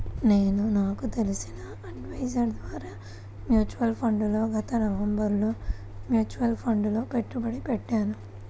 నేను నాకు తెలిసిన అడ్వైజర్ ద్వారా మ్యూచువల్ ఫండ్లలో గత నవంబరులో మ్యూచువల్ ఫండ్లలలో పెట్టుబడి పెట్టాను